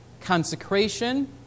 consecration